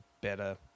better